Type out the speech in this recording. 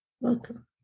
Welcome